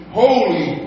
holy